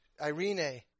Irene